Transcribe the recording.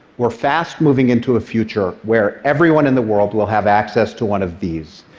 we're fast moving into a future where everyone in the world will have access to one of these,